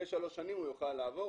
אחרי שלוש שנים הוא יוכל לעבור.